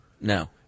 No